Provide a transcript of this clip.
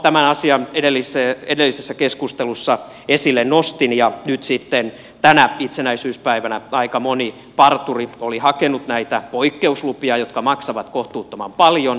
no tämän asian edellisessä keskustelussa esille nostin ja nyt sitten tänä itsenäisyyspäivänä aika moni parturi oli hakenut näitä poikkeuslupia jotka maksavat kohtuuttoman paljon